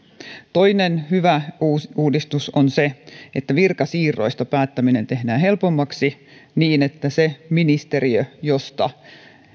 toinen hyvä uudistus on se että virkasiirroista päättäminen tehdään helpommaksi niin että se ministeriö josta